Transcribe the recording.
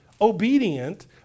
obedient